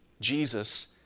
Jesus